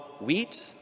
wheat